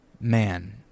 man